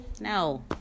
No